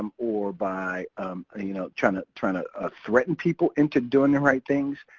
um or by ah you know trying ah trying to ah threaten people into doing the right things.